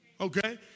Okay